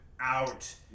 out